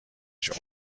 جون